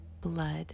blood